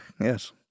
yes